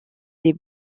des